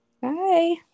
Bye